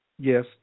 Yes